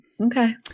Okay